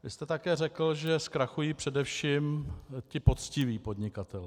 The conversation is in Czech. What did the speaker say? Vy jste také řekl, že zkrachují především ti poctiví podnikatelé.